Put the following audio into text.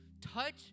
touch